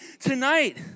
tonight